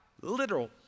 literal